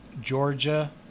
georgia